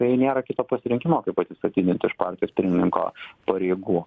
tai nėra kito pasirinkimo kaip atsistatydint iš partijos pirmininko pareigų